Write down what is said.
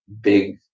big